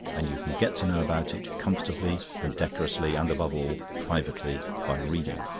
and you can get to know about it comfortably and decorously and, above all, privately by reading.